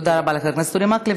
תודה רבה לך, חבר הכנסת אורי מקלב.